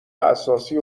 اساسی